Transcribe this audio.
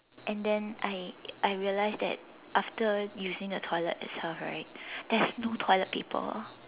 and then I I realised that after using the toilet itself right there is no toilet paper